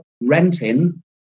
renting